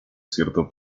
cierto